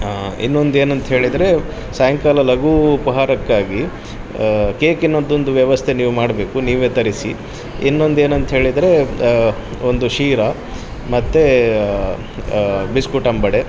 ಇನ್ನೊಂದು ಏನು ಅಂಥೇಳಿದ್ರೆ ಸಾಯಂಕಾಲ ಲಘು ಉಪಹಾರಕ್ಕಾಗಿ ಕೇಕಿನದ್ದೊಂದು ವ್ಯವಸ್ಥೆ ನೀವು ಮಾಡಬೇಕು ನೀವೇ ತರಿಸಿ ಇನ್ನೊಂದು ಏನು ಅಂಥೇಳಿದ್ರೆ ಒಂದು ಶೀರಾ ಮತ್ತೆ ಬಿಸ್ಕುಟಂಬಡೆ